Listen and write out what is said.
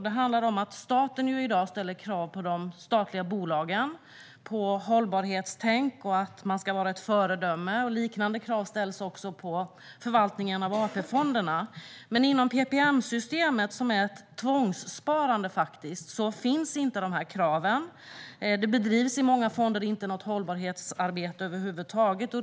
Det handlar om att staten i dag ställer krav på de statliga bolagen på att ha ett hållbarhetstänkande och att agera föredömligt. Liknande krav ställs också på förvaltningen av AP-fonderna. Men inom PPM-systemet, som är ett tvångssparande, finns inte de kraven. I många fonder bedrivs inte något hållbarhetsarbete över huvud taget.